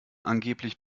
angeblich